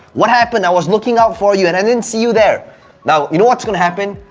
what happened? i was looking out for you and i didn't see you there. now, you know what's gonna happen?